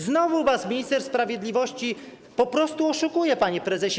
Znowu was minister sprawiedliwości po prostu oszukuje, panie prezesie.